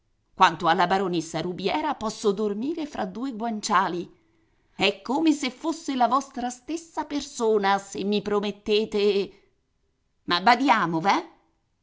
quanto alla baronessa rubiera posso dormire fra due guanciali è come se fosse la vostra stessa persona se mi promettete ma badiamo veh